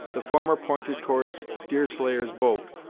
the former pointed towards deerslayer's boat,